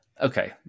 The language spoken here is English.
Okay